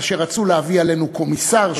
כאשר רצו להביא עלינו קומיסר,